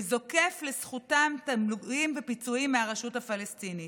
וזוקף לזכותם תמלוגים ופיצויים מהרשות הפלסטינית,